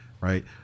Right